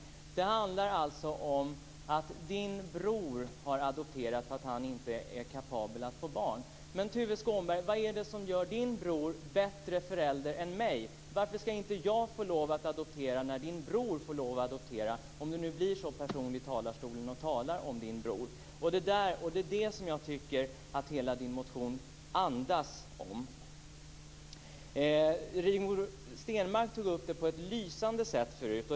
De handlar alltså om att hans bror har adopterat för att han inte är kapabel att få barn. Vad är det som gör Tuve Skånbergs bror till en bättre förälder än jag? Varför ska inte jag få lov att adoptera när Tuve Skånbergs bror får lov att adoptera, om han nu blir så personlig i talarstolen att han talar om sin bror? Det är det som jag tycker att hela hans motion andas. Rigmor Stenmark tog upp det på ett lysande sätt förut.